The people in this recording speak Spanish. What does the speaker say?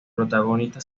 protagonista